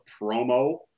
promo